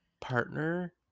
partner